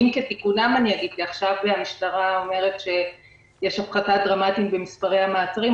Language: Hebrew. עכשיו המשטרה אומרת שיש הפחתה דרמטית במספרי המעצרים,